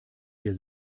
wir